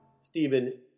Stephen